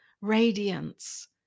radiance